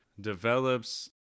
develops